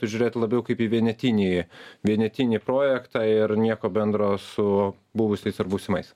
žiūrėt labiau kaip į vienetinį vienetinį projektą ir nieko bendro su buvusiais ar būsimais